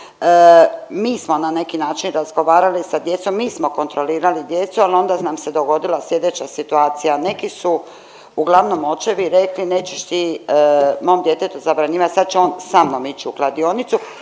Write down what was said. Mi smo na neki način razgovarali sa djecom, mi smo kontrolirali djecu, al onda nam se dogodila slijedeća situacija, neki su uglavnom očevi rekli nećeš ti mom djetetu zabranjivat, sad će on sa mnom ići u kladionicu.